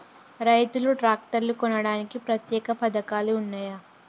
రైతులు ట్రాక్టర్లు కొనడానికి ప్రత్యేక పథకాలు ఉన్నయా?